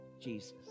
Jesus